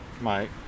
Mike